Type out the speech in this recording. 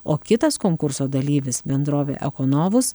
o kitas konkurso dalyvis bendrovė ekonovus